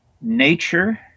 nature